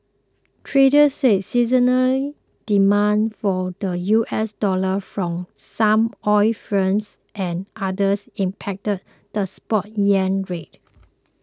traders said seasonal demand for the U S dollar from some oil firms and others impacted the spot yuan rate